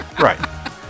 right